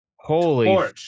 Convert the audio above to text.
Holy